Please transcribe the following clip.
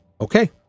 okay